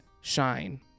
shine